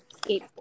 Skateboard